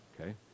okay